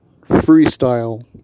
freestyle